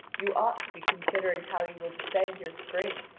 you ought to be considering how you will defend your spring,